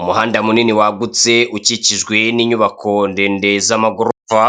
Umuhanda munini wagutse ukikijwe n'inyubako ndende z'amagorofa